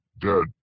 dead